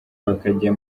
bakajya